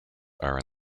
are